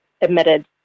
admitted